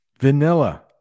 vanilla